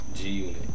G-Unit